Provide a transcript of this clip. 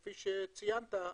כפי שציינת,